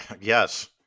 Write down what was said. Yes